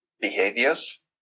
Behaviors